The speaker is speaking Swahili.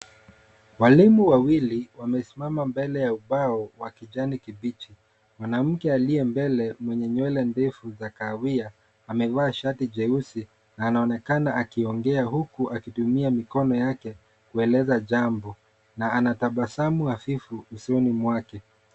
Walimu wawili wamesimama mbele ya ubao wa kijani kibichi. Mwanamke aliye mbele mwenye nywele ndefu za kahawia, amevaa shati jeusi na anaonekana akiongea uku akitumia mikono yake kueleza jambo na ana tabasamu hafifu usoni mwake.